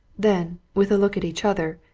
then, with a look at each other,